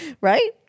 Right